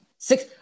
Six